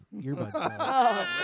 earbuds